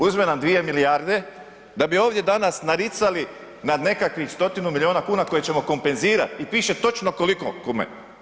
Uzme nam 2 milijarde da bi ovdje danas naricali na nekakvih stotinu milijuna kuna koje ćemo kompenzirat i piše točno koliko kome.